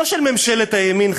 לא של ממשלת הימין,